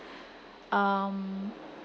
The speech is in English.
um